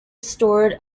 stored